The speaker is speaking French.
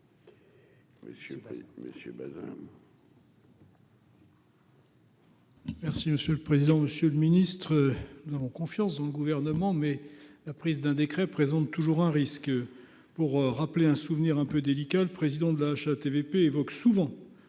monsieur le président, Monsieur le Ministre, nous avons confiance dans le gouvernement mais la prise d'un décret présente toujours un risque pour rappeler un souvenir un peu délicat, le président de la HATVP évoque souvent